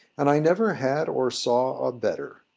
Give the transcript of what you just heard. and i never had or saw a better.